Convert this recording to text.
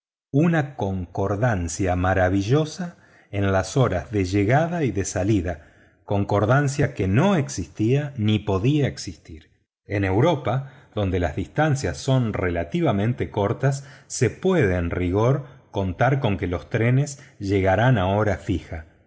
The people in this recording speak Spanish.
una concordancia maravillosa en las horas de llegada y de salida concordancia que no existía ni podía existir en europa donde las distancias son relativamente cortas se puede en rigor contar con que los trenes llegarán a hora fija